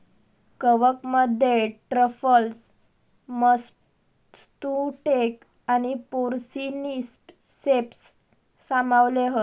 कवकमध्ये truffles, matsutake आणि porcini ceps सामावले हत